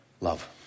Love